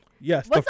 yes